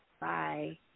Bye